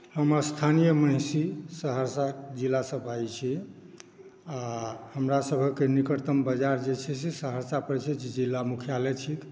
हम स्थानीय महिषी सहरसा जिलासँ बाजैत छी आओर हमरासभक निकटतम बाजार जे छै से सहरसा पड़ैत छै जे जिला मुख्यालय छी